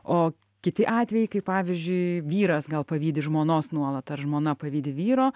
o kiti atvejai kai pavyzdžiui vyras gal pavydi žmonos nuolat ar žmona pavydi vyro